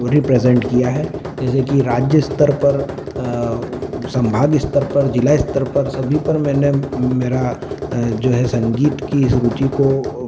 represent किया है जैसे कि राज्य स्तर पर सम्भाग अस्तर पर जिला अस्तर पर सभी पर मैंने मेरा जो है संगीत की इस रुचि को